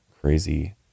crazy